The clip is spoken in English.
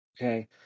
Okay